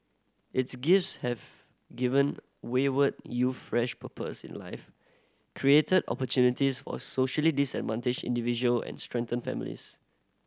its gifts have given wayward youth fresh purpose in life created opportunities for socially disadvantaged individual and strengthened families